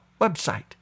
website